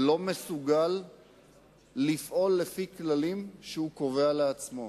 לא מסוגל לפעול לפי כללים שהוא קובע לעצמו.